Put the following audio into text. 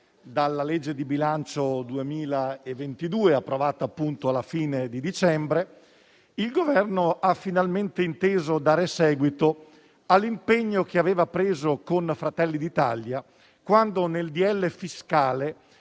dalla legge di bilancio 2022, approvata alla fine di dicembre, il Governo ha finalmente inteso dare seguito all'impegno che aveva preso con Fratelli d'Italia quando, nel